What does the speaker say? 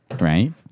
Right